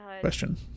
Question